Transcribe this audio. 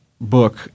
book